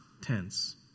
tense